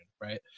right